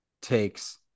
takes